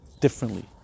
differently